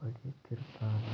ಪಡೇತಿರ್ತ್ತಾರಾ